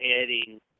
adding